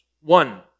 One